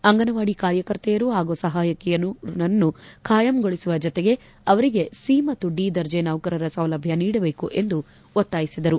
ಅಂಗನವಾಡಿ ಕಾರ್ಯಕರ್ತೆಯರು ಪಾಗೂ ಸಹಾಯಕಿಯರನ್ನು ಬಾಯಂಗೊಳಸುವ ಜೊತೆಗೆ ಅವರಿಗೆ ಸಿ ಮತ್ತು ಡಿ ದರ್ಜಿ ನೌಕರರ ಸೌಲಭ್ಯ ನೀಡಬೇಕು ಎಂದು ಒತ್ತಾಯಿಸಿದರು